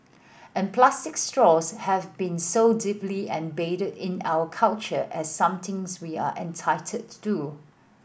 and plastic straws have been so deeply embedded in our culture as something we are entitled to